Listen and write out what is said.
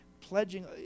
pledging